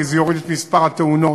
כי זה יוריד את מספר התאונות.